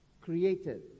created